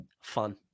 fun